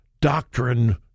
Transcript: doctrine